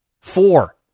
four